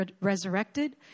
resurrected